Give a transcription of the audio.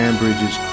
bridges